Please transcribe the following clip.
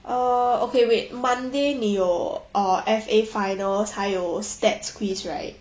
uh okay wait monday 你有 uh F_A final 还有 stats quiz right